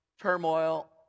turmoil